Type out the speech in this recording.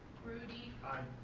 groody? aye.